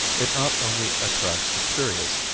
it not only attracts the curious,